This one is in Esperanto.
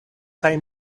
kaj